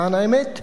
למען האמת,